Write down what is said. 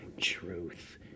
truth